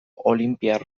olinpiar